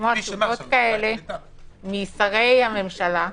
לשמוע אמירות כאלה משרי הממשלה,